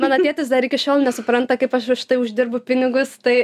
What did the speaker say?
mano tėtis dar iki šiol nesupranta kaip aš už tai uždirbu pinigus tai